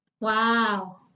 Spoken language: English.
Wow